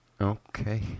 Okay